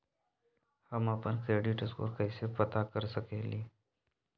हम अपन credit score कैसे पता कर सकेली?